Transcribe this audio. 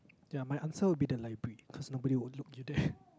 ya my answer will be the library because nobody will look you there